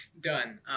done